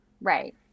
right